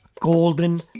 golden